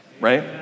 right